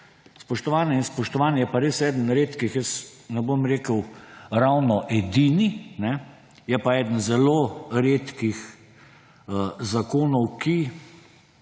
spoštovane in spoštovani, je pa res eden redkih, ne bom rekel ravno edini, je pa eden zelo redkih zakonov, ki